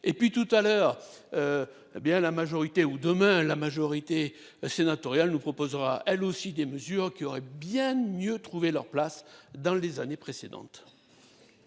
et puis tout à l'heure. Eh bien la majorité ou demain la majorité sénatoriale nous proposera elle aussi des mesures qui aurait bien mieux trouver leur place dans les années précédentes.